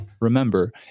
Remember